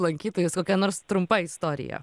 lankytojus kokia nors trumpa istorija